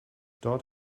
dort